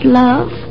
love